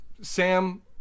Sam